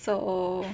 so